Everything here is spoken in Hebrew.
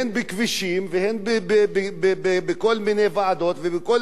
והן בכל מיני ועדות ובכל מיני השקעות,